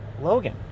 Logan